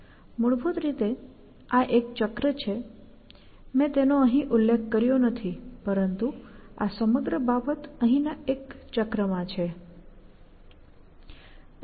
મૂળભૂત રીતે આ એક ચક્ર છે મેં તેનો અહીં ઉલ્લેખ કર્યો નથી પરંતુ આ સમગ્ર બાબત અહીંના એક ચક્રમાં છે